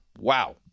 Wow